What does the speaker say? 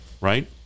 right